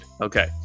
Okay